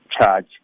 charge